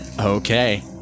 Okay